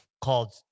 called